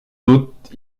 doute